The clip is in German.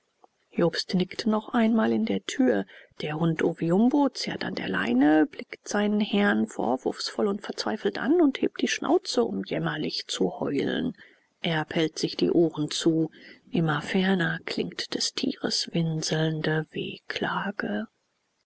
jobst nickt noch einmal in der tür der hund oviumbo zerrt an der leine blickt seinen herrn vorwurfsvoll und verzweifelt an und hebt die schnauze um jämmerlich zu heulen erb hält sich die ohren zu immer ferner klingt des tieres winselnde wehklage